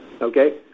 Okay